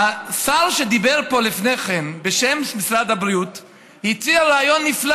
השר שדיבר כאן קודם בשם משרד הבריאות הציע רעיון נפלא